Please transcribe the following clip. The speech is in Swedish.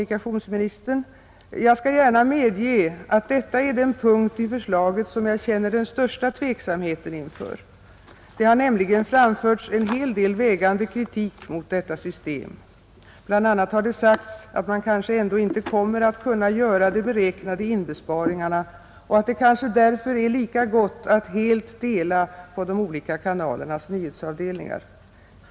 ——— Jag skall gärna medge att detta är den punkt i förslaget som jag känner den största tveksamheten inför; det har nämligen framförts en hel del vägande kritik mot detta system, bl.a. har det sagts att man kanske ändå inte kommer att kunna göra de beräknade inbesparingarna och att det kanske därför är lika gott att helt dela på de olika kanalernas nyhetsavdelningar.